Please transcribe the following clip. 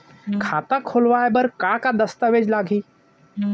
खाता खोलवाय बर का का दस्तावेज लागही?